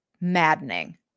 maddening